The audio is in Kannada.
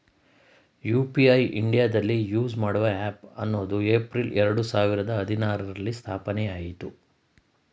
ಯು.ಪಿ.ಐ ಇಂಡಿಯಾದಲ್ಲಿ ಯೂಸ್ ಮಾಡುವ ಹ್ಯಾಪ್ ಹನ್ನೊಂದು ಏಪ್ರಿಲ್ ಎರಡು ಸಾವಿರದ ಹದಿನಾರುರಲ್ಲಿ ಸ್ಥಾಪನೆಆಯಿತು